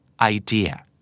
idea